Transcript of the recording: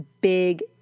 big